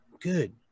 good